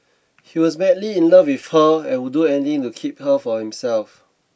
he was madly in love with her and would do anything to keep her for himself